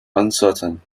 uncertain